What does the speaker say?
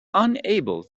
unable